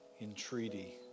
entreaty